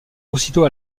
aussitôt